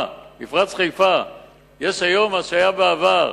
שבמפרץ חיפה יש היום מה שהיה בעבר,